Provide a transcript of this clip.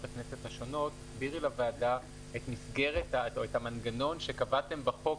הכנסת השונות תסבירי לוועדה את המנגנון שקבעתם בחוק